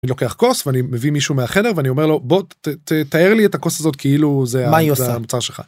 אני לוקח כוס ואני מביא מישהו מהחדר ואני אומר לו בוא תתאר לי את הכוס הזאת כאילו זה, מה היא עושה? המוצר שלך.